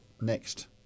next